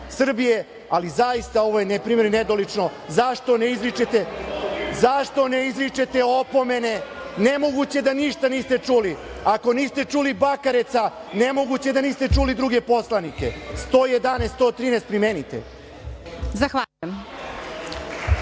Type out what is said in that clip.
zaista ovo je neprimereno i nedolično. Zašto ne izričete opomene? Nemoguće da ništa niste čuli. Ako niste čuli Bakareca, nemoguće da niste čuli druge poslanike. Primenite 111.